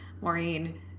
Maureen